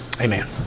Amen